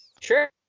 Sure